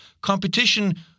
competition